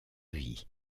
vie